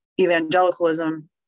evangelicalism